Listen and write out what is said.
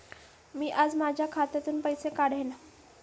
मी आज माझ्या खात्यातून पैसे काढेन